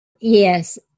Yes